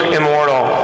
immortal